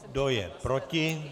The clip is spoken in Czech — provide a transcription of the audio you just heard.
Kdo je proti?